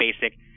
basic